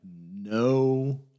no